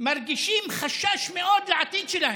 מרגישים חשש מאוד גדול לעתיד שלהם.